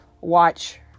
watch